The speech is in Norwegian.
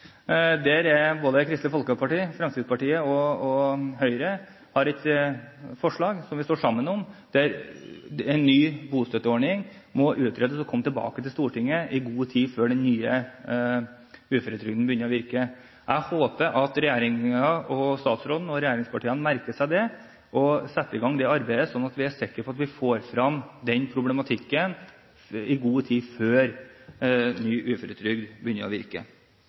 Der har både Kristelig Folkeparti, Fremskrittspartiet og Høyre et forslag som vi står sammen om, og det er: «Stortinget ber regjeringen legge frem en helhetlig gjennomgang av bostøtteordningen i god tid før ikrafttredelse av ny uføretrygd.» Jeg håper at regjeringen, statsråden og regjeringspartiene merker seg det og setter i gang det arbeidet, slik at vi er sikre på å få frem den problematikken i god tid før ny uføretrygd begynner å virke.